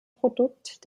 produkt